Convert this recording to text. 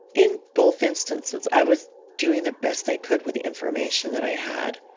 in both instances i was doing the best i could with the information that i had.